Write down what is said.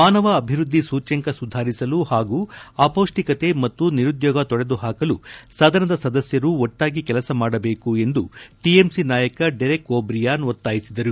ಮಾನವ ಅಭಿವೃದ್ದಿ ಸೂಚ್ಯಂಕ ಸುಧಾರಿಸಲು ಹಾಗೂ ಅಪೌಷ್ಟಿಕತೆ ಮತ್ತು ನಿರುದ್ಯೋಗ ತೊಡೆದು ಹಾಕಲು ಸದನದ ಸದಸ್ನರು ಒಟ್ಷಾಗಿ ಕೆಲಸ ಮಾಡಬೇಕು ಎಂದು ಟಿಎಂಸಿ ನಾಯಕ ಡೆರೆಕ್ ಓಬ್ರಿಯಾನ್ ಒತ್ತಾಯಿಸಿದರು